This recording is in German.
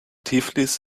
tiflis